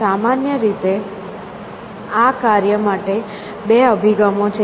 સામાન્ય રીતે આ કાર્ય માટે બે અભિગમો છે